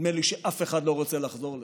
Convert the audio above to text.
נדמה לי שאף אחד לא רוצה לחזור לזה.